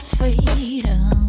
freedom